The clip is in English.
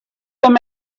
them